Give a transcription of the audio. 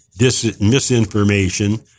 misinformation